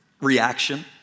reaction